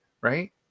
right